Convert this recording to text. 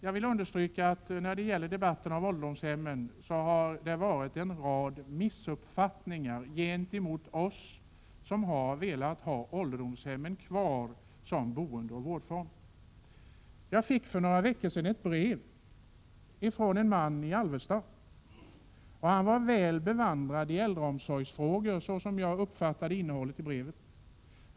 Jag vill understryka att det i debatten om ålderdomshemmen har varit en rad missuppfattningar gentemot oss som har velat ha ålderdomshemmen kvar som boendeoch vårdform. Jag fick för några veckor sedan ett brev från en man i Alvesta. Han var väl bevandrad i äldreomsorgsfrågor, som jag uppfattade innehållet i brevet.